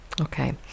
okay